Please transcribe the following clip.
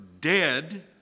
dead